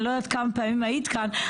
אני לא יודעת כמה פעמים היית כאן,